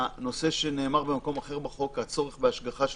הנושא שנאמר במקום אחר בחוק היה צורך בהשגחה של